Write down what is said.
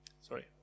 Sorry